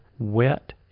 wet